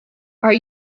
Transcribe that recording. are